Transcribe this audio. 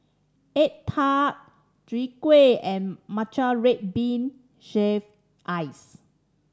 egg tart Chai Kuih and matcha red bean shave ice